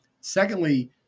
Secondly